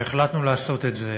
והחלטנו לעשות את זה